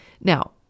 Now